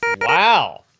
Wow